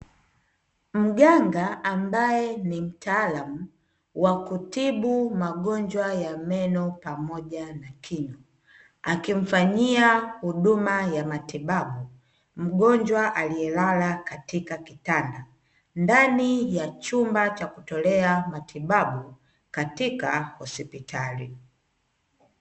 Mganga ambaye ni mtaalamu wa kutibu magonjwa ya meno pamoja na kinywa, akimfanyia huduma ya matibabu mgonjwa aliyelala katika kitanda ndani ya chumba cha kutolea matibabu katika hospitali.